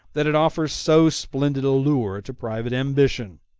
that it offers so splendid a lure to private ambition,